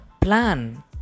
plan